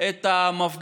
ניסו לצבוע את המפגינים,